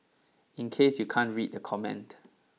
in case you can't read the comment